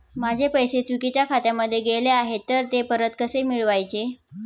माझे पैसे चुकीच्या खात्यामध्ये गेले आहेत तर ते परत कसे मिळवायचे?